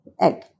egg